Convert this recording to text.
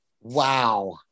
Wow